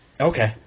Okay